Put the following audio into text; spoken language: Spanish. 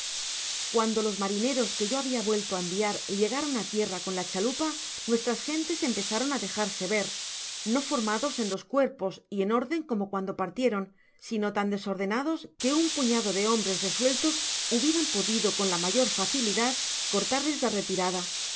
guando los marineros que yo habia vuelto á enviar llegaron á tierra con la chalupa nuestras gentes empezaron á dejarse ver no formados en dos cuerpos y en orden como cuando partieron si no tan desordenados que un puñado de hombres resueltos hubieran podido con la mayor facilidad cortarles la retirada